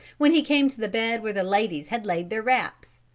when he came to the bed where the ladies had laid their wraps.